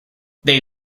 they